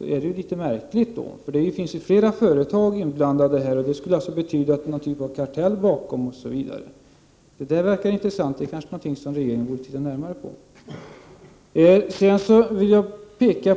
är det litet märkligt. Det finns ju flera företag inblandade, och det skulle betyda att någon typ av kartell står bakom. Det är ju intressant, och det kanske regeringen borde undersöka.